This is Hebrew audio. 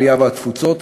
העלייה והתפוצות,